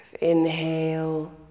inhale